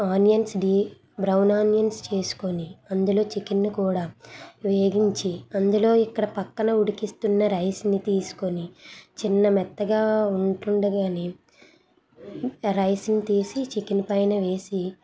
onions డీ brown onions చేసుకోని అందులో చికెన్ని కూడా వేయించి అందులో ఇక్కడ పక్కన ఉడికిస్తున్న రైస్ని తీసుకొని చిన్న మెత్తగా ఉంటుండగానే రైస్ని తీసి చికెన్ పైన వేసి